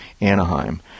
Anaheim